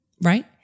Right